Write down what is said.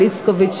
של איצקוביץ,